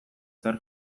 zer